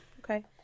Okay